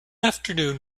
afternoon